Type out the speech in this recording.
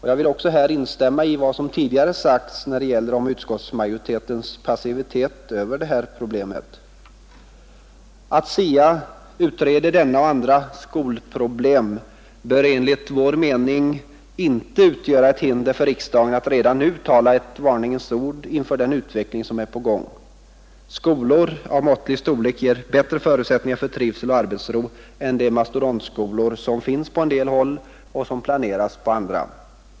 Jag vill också här instämma i vad som tidigare sagts om utskottsmajoritetens passivitet beträffande detta problem. Att SIA utreder detta och andra skolproblem bör enligt vår mening inte få utgöra ett hinder för riksdagen att redan nu uttala ett varningens ord inför den utveckling som är på gång. Skolor av måttlig storlek ger bättre förutsättningar för trivsel och arbetsro än de mastodontskolor som finns på en del håll och som planeras på andra.